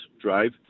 drive